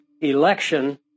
Election